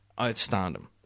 outstanding